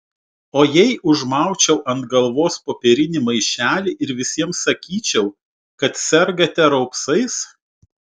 o jei užmaučiau ant galvos popierinį maišelį ir visiems sakyčiau kad sergate raupsais